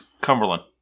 Cumberland